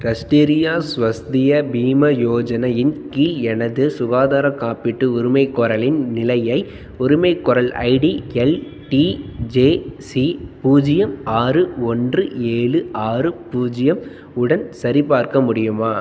ராஷ்டிரிய ஸ்வஸ்திய பீமா யோஜனா இன் கீழ் எனது சுகாதார காப்பீட்டு உரிமைகோரலின் நிலையை உரிமைகோரல் ID L D J C பூஜ்ஜியம் ஆறு ஒன்று ஏழு ஆறு பூஜ்ஜியம் உடன் சரிபார்க்க முடியுமா